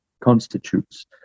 constitutes